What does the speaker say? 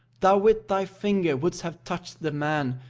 thou with thy finger wouldst have touched the man,